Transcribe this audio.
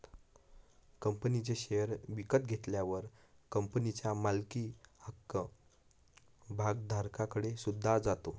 कंपनीचे शेअर विकत घेतल्यावर कंपनीच्या मालकी हक्क भागधारकाकडे सुद्धा जातो